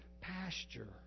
pasture